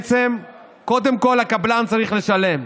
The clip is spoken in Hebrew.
וקודם כול הקבלן צריך לשלם.